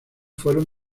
fueron